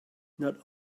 not